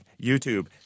YouTube